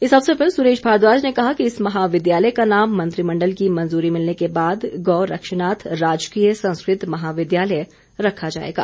इस अवसर पर सुरेश भारद्वाज ने कहा कि इस महाविद्यालय का नाम मंत्रिमण्डल की मंजूरी मिलने के बाद गौरक्षनाथ राजकीय संस्कृत महाविद्यालय रखा जाएगा